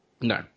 No